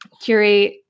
curate